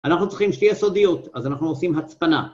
אנחנו צריכים שתהיה סודיות, אז אנחנו עושים הצפנה.